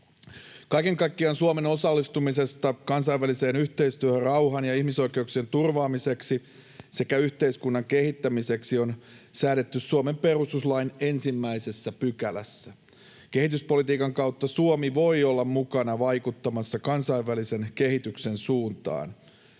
Kaiken kaikkiaan Suomen osallistumisesta kansainväliseen yhteistyöhön rauhan ja ihmisoikeuksien turvaamiseksi sekä yhteiskunnan kehittämiseksi on säädetty Suomen perustuslain 1 §:ssä. Kehityspolitiikan kautta Suomi voi olla mukana vaikuttamassa kansainvälisen kehityksen suuntaan.